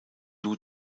lou